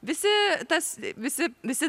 visi tas visi visi